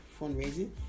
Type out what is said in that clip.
fundraising